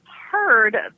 heard